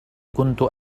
كنت